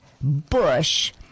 Bush